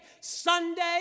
Sunday